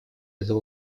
этой